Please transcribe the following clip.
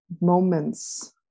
moments